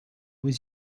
was